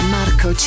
Marco